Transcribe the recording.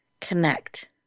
connect